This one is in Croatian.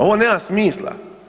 Ovo nema smisla.